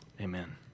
Amen